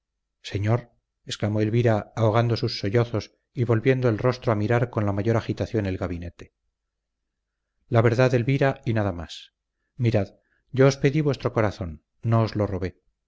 señor exclamó elvira ahogando sus sollozos y volviendo el rostro a mirar con la mayor agitación el gabinete la verdad elvira y nada más mirad yo os pedí vuestro corazón no os lo robé